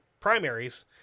primaries